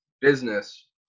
business